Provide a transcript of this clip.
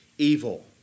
evil